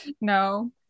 No